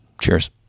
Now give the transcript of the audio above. Cheers